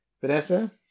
Vanessa